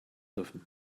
dürfen